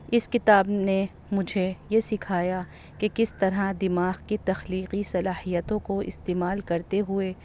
اس کتاب نے مجھے یہ سکھایا کہ کس طرح دماغ کی تخلیقی صلاحیتوں کو استعمال کرتے ہوئے